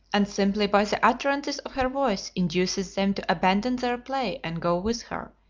and simply by the utterances of her voice induces them to abandon their play and go with her,